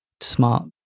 Smart